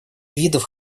видов